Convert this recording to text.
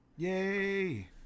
Yay